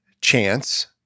chance